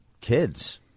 kids